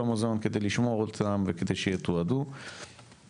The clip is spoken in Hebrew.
למוזיאון כדי לשמור אותם וכדי שיתועדו ובנוסף,